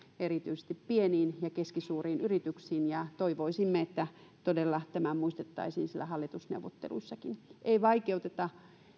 erityisesti pieniin ja keskisuuriin yrityksiin ja toivoisin että todella tämä muistettaisiin siellä hallitusneuvotteluissakin ei vaikeuteta